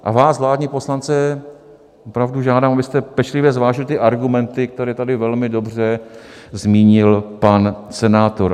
A vás, vládní poslance, opravdu žádám, abyste pečlivě zvážili ty argumenty, které tady velmi dobře zmínil pan senátor.